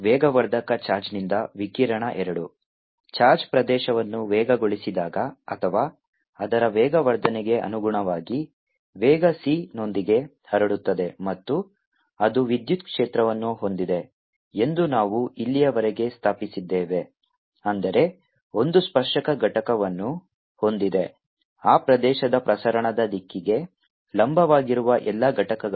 ವೇಗವರ್ಧಕ ಚಾರ್ಜ್ನಿಂದ ವಿಕಿರಣ II ಚಾರ್ಜ್ ಪ್ರದೇಶವನ್ನು ವೇಗಗೊಳಿಸಿದಾಗ ಅಥವಾ ಅದರ ವೇಗವರ್ಧನೆಗೆ ಅನುಗುಣವಾಗಿ ವೇಗ c ನೊಂದಿಗೆ ಹರಡುತ್ತದೆ ಮತ್ತು ಅದು ವಿದ್ಯುತ್ ಕ್ಷೇತ್ರವನ್ನು ಹೊಂದಿದೆ ಎಂದು ನಾವು ಇಲ್ಲಿಯವರೆಗೆ ಸ್ಥಾಪಿಸಿದ್ದೇವೆ ಅಂದರೆ ಒಂದು ಸ್ಪರ್ಶಕ ಘಟಕವನ್ನು ಹೊಂದಿದೆ ಆ ಪ್ರದೇಶದ ಪ್ರಸರಣದ ದಿಕ್ಕಿಗೆ ಲಂಬವಾಗಿರುವ ಎಲ್ಲಾ ಘಟಕಗಳು